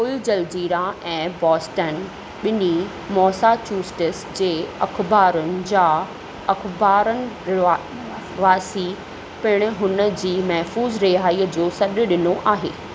उल जलजीरा ऐं बोस्टन बि॒न्ही मोसाचुसेट्स जे अख़बारुनि जा अख़बारनि वासी पिणि हुन जी महफ़ूज़ रिहाईंअ जो सॾु डि॒नो आहे